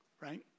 right